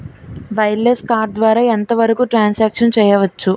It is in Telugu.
వైర్లెస్ కార్డ్ ద్వారా ఎంత వరకు ట్రాన్ సాంక్షన్ చేయవచ్చు?